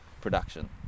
production